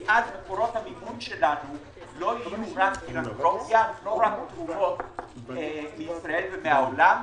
כי אז מקורות המימון שלנו לא יהיו רק מתרומות מישראל ומעולם,